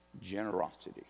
Generosity